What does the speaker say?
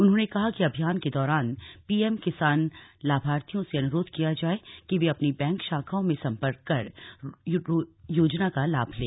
उन्होंने कहा कि अभियान के दौरान पीएम किसान लाभार्थियों से अनुरोध किया जाए कि वे अपनी बैंक शाखाओं में सम्पर्क कर योजना का लाभ लें